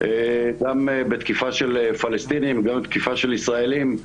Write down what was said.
גם בתקיפה של פלסטינים וגם בתקיפה של ישראלים.